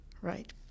right